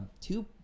two